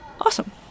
Awesome